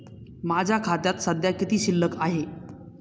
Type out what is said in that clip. माझ्या खात्यात सध्या किती शिल्लक आहे?